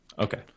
Okay